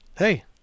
Hey